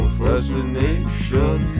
fascination